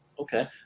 Okay